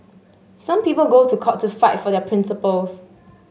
some people go to court to fight for their principles